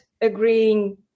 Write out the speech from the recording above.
agreeing